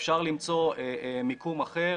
אפשר למצוא מיקום אחר.